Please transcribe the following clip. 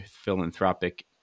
philanthropic